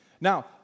Now